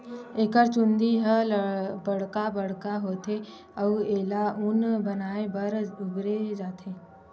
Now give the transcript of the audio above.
एकर चूंदी ह बड़का बड़का होथे अउ एला ऊन बनाए बर बउरे जाथे